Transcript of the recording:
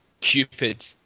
Cupid